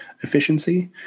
efficiency